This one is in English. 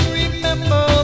remember